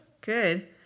Good